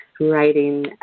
writing